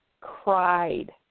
cried